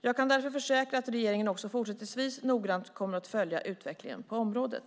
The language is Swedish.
Jag kan därför försäkra att regeringen också fortsättningsvis noggrant kommer att följa utvecklingen på området.